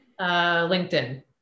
LinkedIn